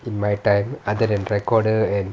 in my time other than recorder and